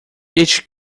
each